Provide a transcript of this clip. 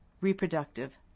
reproductive